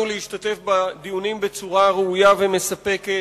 להשתתף בדיונים בצורה ראויה ומספקת.